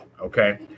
Okay